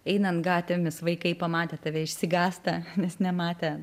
einant gatvėmis vaikai pamatę tave išsigąsta nes nematę